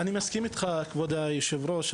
אני מסכים איתך כבוד היושב ראש.